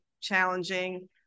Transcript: challenging